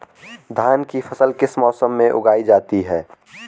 धान की फसल किस मौसम में उगाई जाती है?